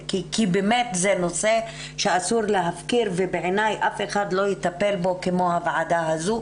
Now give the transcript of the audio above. כי באמת זה נושא שאסור להפקיר ובעיני אף אחד לא יטפל בו כמו הוועדה הזו,